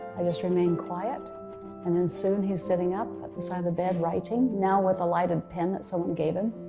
i just remained quiet and then soon he's sitting up at the side of the bed writing, now with a lighted pen that someone gave him.